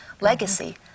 legacy